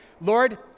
Lord